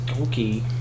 Okay